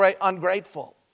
ungrateful